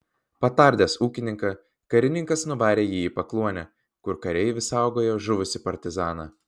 patardęs ūkininką karininkas nuvarė jį į pakluonę kur kareivis saugojo žuvusį partizaną